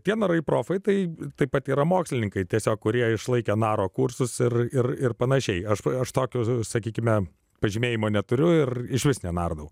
tie narai profai tai taip pat yra mokslininkai tiesiog kurie išlaikę naro kursus ir ir ir panašiai aš va aš tokios sakykime pažymėjimo neturiu ir išvis nenardau